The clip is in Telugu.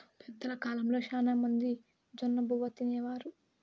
పెద్దల కాలంలో శ్యానా మంది జొన్నబువ్వ తినేవారు